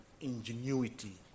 ingenuity